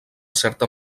certa